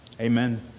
Amen